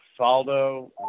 Saldo